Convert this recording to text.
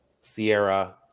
Sierra